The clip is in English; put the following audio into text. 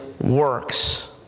works